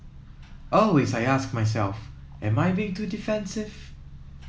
always I ask myself am I being too defensive